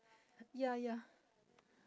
ya ya